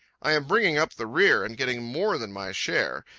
i am bringing up the rear and getting more than my share.